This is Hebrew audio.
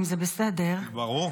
אם זה בסדר -- ברור.